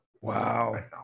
Wow